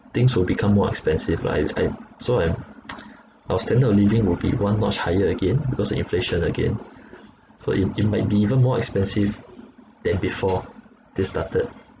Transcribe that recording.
things will become more expensive like I so I'm our standard of living will be one notch higher again because inflation again so it it might be even more expensive than before this started